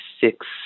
six